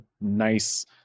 nice